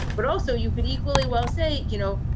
but also, you could equally well say, you know,